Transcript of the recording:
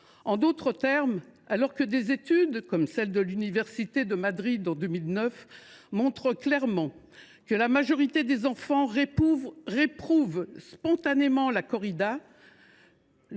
par leurs proches. Des études, comme celle de l’université de Madrid en 2009, montrent clairement que la majorité des enfants réprouvent spontanément la corrida.